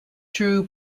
true